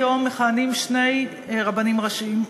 כיום מכהנים שני רבנים ראשיים,